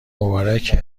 مبارکه